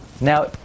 now